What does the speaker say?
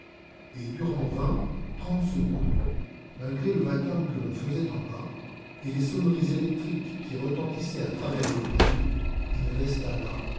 et durant vingt trente secondes malgré le vacarme que l'on faisait en bas et les sonneries électriques qui retentissaient à travers l'hôtel il resta là